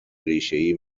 ریشهای